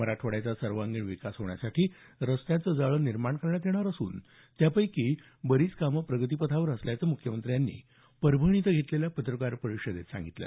मराठवाड्याचा सर्वांगीण विकास करण्यासाठी रस्त्यांचं जाळं निर्माण करण्यात येणार असून त्यापैकी बरीच कामं प्रगतीपथावर असल्याचं मुख्यमंत्र्यांनी परभणी इथं घेतलेल्या पत्रकार परिषदेत सांगितलं